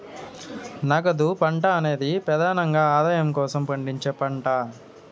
నగదు పంట అనేది ప్రెదానంగా ఆదాయం కోసం పండించే పంట